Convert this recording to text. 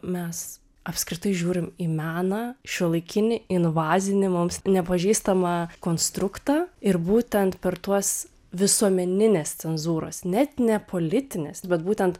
mes apskritai žiūrim į meną šiuolaikinį invazinį mums nepažįstamą konstruktą ir būtent per tuos visuomeninės cenzūros net ne politinės bet būtent